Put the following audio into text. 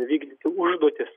vykdyti užduotis